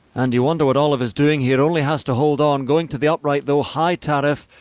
and you wonder what oliver's doing here. only has to hold on, going to the outright though high tariff,